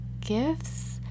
gifts